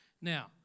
Now